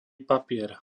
papier